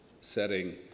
setting